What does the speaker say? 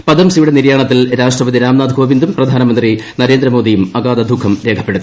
പദംസിയുടെ നിര്യാർണ്ത്തിൽ രാഷ്ട്രപതി രാംനാഥ് കോവിന്ദും പ്രധാനമന്ത്രി നരേന്ദ്രമോദിയും അഗാധദുഃഖം രേഖപ്പെടുത്തി